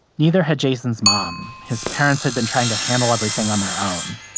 neither had jason's mom. his parents had been trying to handle everything on their own.